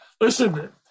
listen